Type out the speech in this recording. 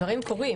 דברים קורים.